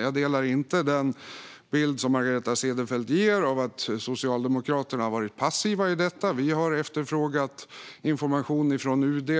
Jag delar inte den bild som Margareta Cederfelt ger av att Socialdemokraterna har varit passiva i fråga om detta. Vi har efterfrågat information från UD.